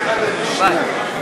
אדוני.